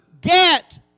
Get